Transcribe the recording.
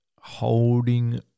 holding